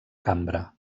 cambra